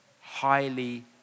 highly